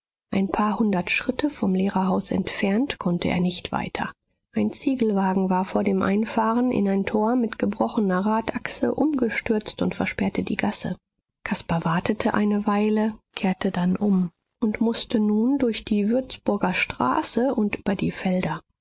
ein paar hundert schritte vom lehrerhaus entfernt konnte er nicht weiter ein ziegelwagen war vor dem einfahren in ein tor mit gebrochener radachse umgestürzt und versperrte die gasse caspar wartete eine weile kehrte dann um und mußte nun durch die würzburger straße und über die felder